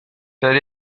tel